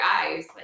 eyes